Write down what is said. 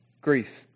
Grief